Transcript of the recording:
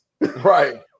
Right